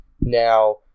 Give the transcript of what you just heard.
now